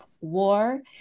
war